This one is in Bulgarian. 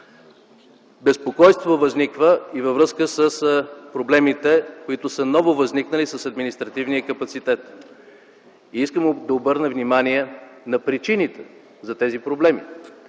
Безпокойство възниква и във връзка с нововъзникналите проблеми с административния капацитет. Искам да обърна внимание на причините за тези проблеми.